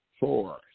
Four